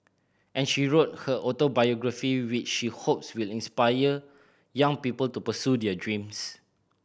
and she wrote her autobiography which he hopes will inspire young people to pursue their dreams